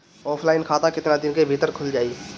Offline खाता केतना दिन के भीतर खुल जाई?